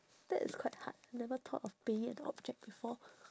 that is quite hard never thought of being an object before